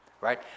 right